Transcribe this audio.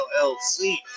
LLC